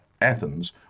Athens